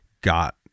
got